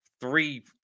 three